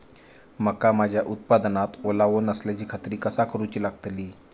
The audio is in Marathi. मका माझ्या उत्पादनात ओलावो नसल्याची खात्री कसा करुची लागतली?